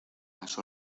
las